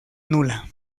nula